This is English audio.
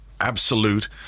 absolute